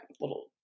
little